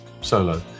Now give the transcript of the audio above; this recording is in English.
solo